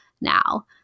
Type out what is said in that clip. now